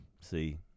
See